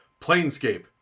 Planescape